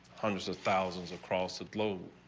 hundreds of thousands across the globe.